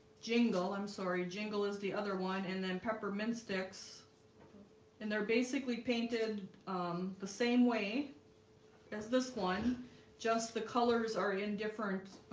jingle i'm sorry jingle is the other one and then peppermint sticks and they're basically painted, um the same way as this one just the colors are in different.